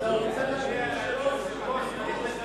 תסלח לי, חבר הכנסת דני